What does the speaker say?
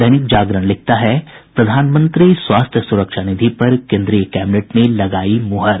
दैनिक जागरण लिखता है प्रधानमंत्री स्वास्थ्य सुरक्षा निधि पर कोन्द्रीय कैबिनेट ने लगायी मुहर